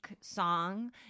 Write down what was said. song